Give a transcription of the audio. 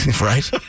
right